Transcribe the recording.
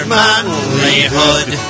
manlyhood